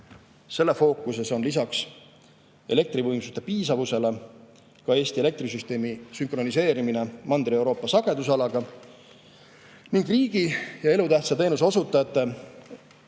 Selle fookuses on lisaks elektrivõimsuste piisavusele ka Eesti elektrisüsteemi sünkroniseerimine Mandri-Euroopa sagedusalaga ning riigi ja elutähtsa teenuse osutajate